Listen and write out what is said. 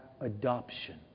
adoption